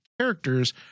characters